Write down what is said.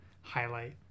highlight